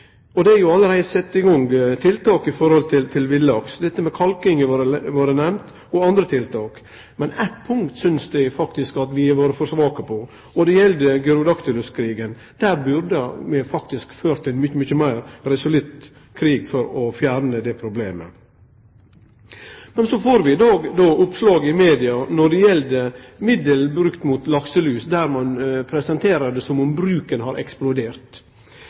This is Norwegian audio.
Og det er allereie sett i gang tiltak når det gjeld villaks. Dette med kalking og andre tiltak har vore nemnde. Men på ett punkt synest eg faktisk vi har vore for svake, og det gjeld Gyrodactylus-krigen. Der burde vi ha ført ein mykje meir resolutt krig for å fjerne det problemet. Men så får vi då oppslag i media når det gjeld middel brukt mot lakselus, der ein presenterer det som om bruken har eksplodert.